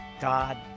God